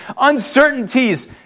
uncertainties